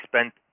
spent